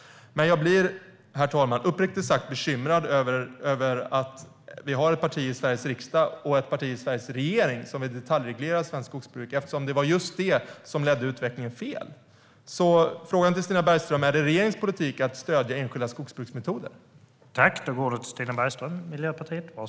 Men jag blir, herr talman, uppriktigt sagt bekymrad över att vi har ett parti i Sveriges riksdag och i Sveriges regering som vill detaljreglera svenskt skogsbruk. Det var just det som ledde utvecklingen fel. Min fråga till Stina Bergström är därför om det är regeringens politik att stödja enskilda skogsbruksmetoder.